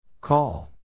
Call